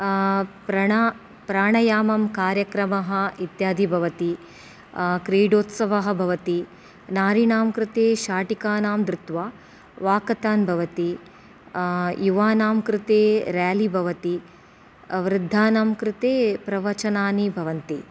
प्रण प्राणयामं कार्यक्रमः इत्यादि भवति क्रीडोत्स्वः भवति नारीणां कृते शाटिकानां धृत्वा वाकथान् भवति युवानां कृते रेलि भवति वृद्धानां कृते प्रवचनानि भवन्ति